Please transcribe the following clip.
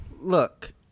Look